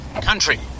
country